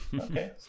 okay